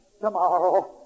tomorrow